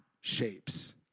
shapes